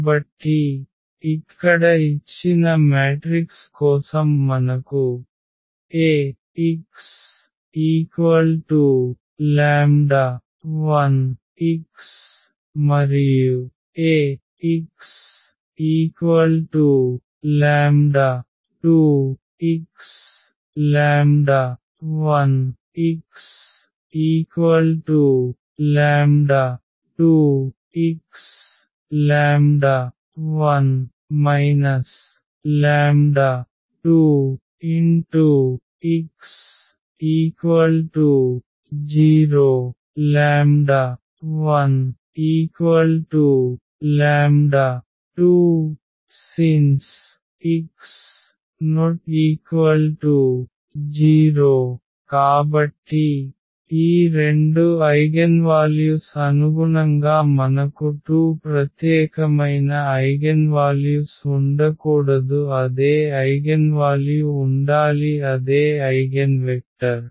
కాబట్టి ఇక్కడ ఇచ్చిన మ్యాట్రిక్స్ కోసం మనకు Ax1xAx2x 1x2x 1 2x0 12 since x≠0 కాబట్టి ఈ రెండు ఐగెన్వాల్యుస్ అనుగుణంగా మనకు 2 ప్రత్యేకమైన ఐగెన్వాల్యుస్ ఉండకూడదు అదే ఐగెన్వాల్యు ఉండాలి అదే ఐగెన్ వెక్టర్